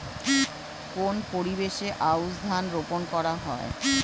কোন পরিবেশে আউশ ধান রোপন করা হয়?